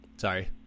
Sorry